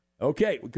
Okay